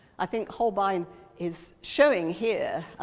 i think holbein is showing here,